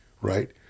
right